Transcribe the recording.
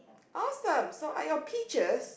awesome so are your peaches